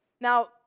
Now